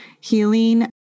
healing